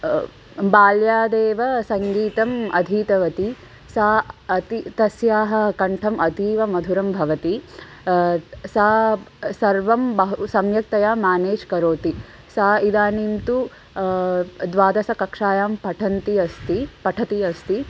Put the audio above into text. बाल्यादेव सङ्गीतम् अधीतवति सा अति तस्याः कण्ठम् अतीव मधुरं भवति सा सर्वं बहु सम्यक्तया मेनेज् करोति सा इदानीं तु द्वादशकक्षायां पठन्ति अस्ति पठति अस्ति